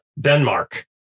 denmark